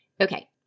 Okay